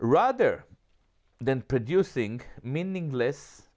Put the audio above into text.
rather than producing meaningless